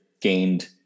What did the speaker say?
gained